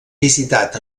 visitat